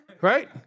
right